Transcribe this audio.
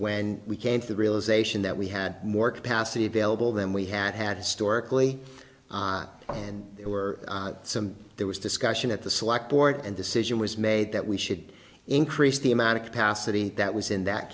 when we came to the realization that we had more capacity available than we had had stork early on and there were some there was discussion at the select board and decision was made that we should increase the amount of capacity that was in that